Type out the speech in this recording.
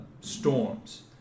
storms